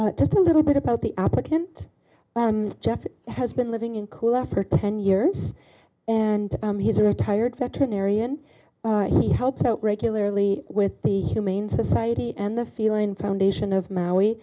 road just a little bit about the applicant just has been living in cooler for ten years and he's a retired veterinarian he helps out regularly with the humane society and the feeling foundation of maui